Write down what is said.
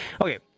Okay